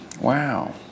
Wow